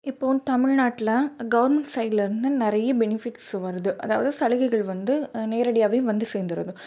இப்போது தமிழ்நாட்டில கவுர்மெண்ட் சைட்லேருந்து நிறைய பெனிஃபிட்ஸ் வருது அதாவது சலுகைகள் வந்து நேரடியாகவே வந்து சேந்துடுது